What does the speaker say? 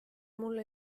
mulle